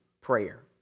prayer